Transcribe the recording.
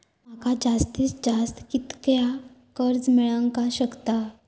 माका जास्तीत जास्त कितक्या कर्ज मेलाक शकता?